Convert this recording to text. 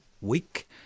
week